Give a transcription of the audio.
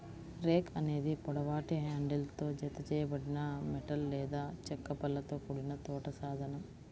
rake అనేది పొడవాటి హ్యాండిల్తో జతచేయబడిన మెటల్ లేదా చెక్క పళ్ళతో కూడిన తోట సాధనం